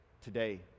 today